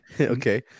Okay